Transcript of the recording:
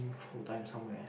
full time somewhere